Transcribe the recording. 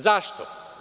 Zašto?